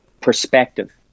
perspective